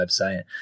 website